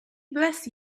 bless